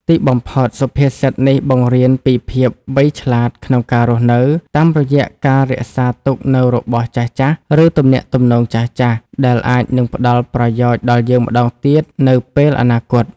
ទីបំផុត សុភាសិតនេះបង្រៀនពីភាពវៃឆ្លាតក្នុងការរស់នៅ តាមរយៈការរក្សាទុកនូវរបស់ចាស់ៗ ឬទំនាក់ទំនងចាស់ៗ ដែលអាចនឹងផ្តល់ប្រយោជន៍ដល់យើងម្តងទៀតនៅពេលអនាគត។